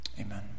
amen